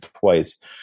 twice